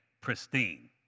pristine